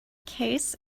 case